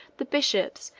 the bishops,